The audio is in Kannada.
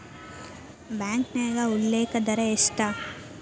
ಬ್ಯಾಂಕ್ನ್ಯಾಗ ಉಲ್ಲೇಖ ದರ ಎಷ್ಟ